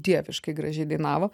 dieviškai gražiai dainavo